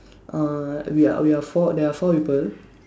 uh we are we are four there are four people